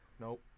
nope